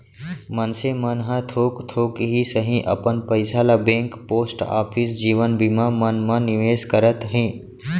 मनसे मन ह थोक थोक ही सही अपन पइसा ल बेंक, पोस्ट ऑफिस, जीवन बीमा मन म निवेस करत हे